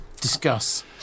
Discuss